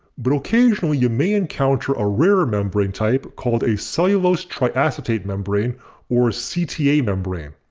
but occasionally you may encounter a rarer membrane type called a cellulose triacetate membrane or cta membrane.